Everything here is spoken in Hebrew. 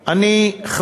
מֶחלָף.